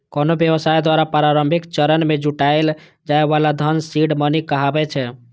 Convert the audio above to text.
कोनो व्यवसाय द्वारा प्रारंभिक चरण मे जुटायल जाए बला धन सीड मनी कहाबै छै